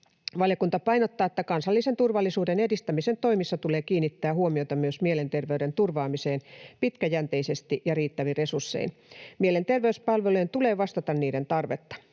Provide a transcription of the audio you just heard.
Valiokunta painottaa, että kansallisen turvallisuuden edistämisen toimissa tulee kiinnittää huomiota myös mielenterveyden turvaamiseen pitkäjänteisesti ja riittävin resurssein. Mielenterveyspalvelujen tulee vastata niiden tarvetta.